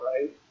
right